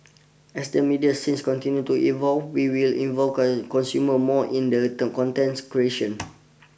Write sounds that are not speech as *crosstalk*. as the media scenes continue to evolve we will involve *unintelligible* consumer more in the *unintelligible* contents creation